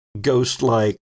ghost-like